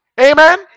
Amen